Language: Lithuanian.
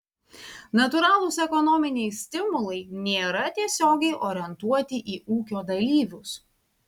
natūralūs ekonominiai stimulai nėra tiesiogiai orientuoti į ūkio dalyvius